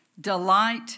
delight